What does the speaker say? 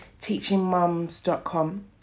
teachingmums.com